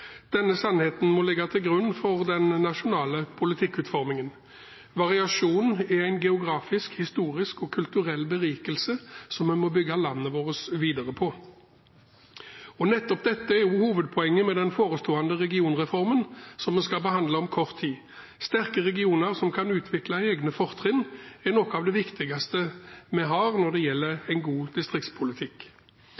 Denne sannheten må legges til grunn for den nasjonale politikkutformingen. Variasjon er en geografisk, historisk og kulturell berikelse som en må bygge landet vårt videre på. Nettopp dette er hovedpoenget med den forestående regionreformen som vi skal behandle om kort tid. Sterke regioner som kan utvikle egne fortrinn, er noe av det viktigste vi har når det gjelder